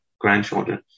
grandchildren